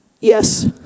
Yes